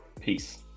Peace